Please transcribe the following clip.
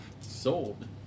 Sold